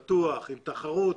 פתוח עם תחרות,